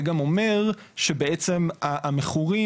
זה גם אומר שבעצם המכורים,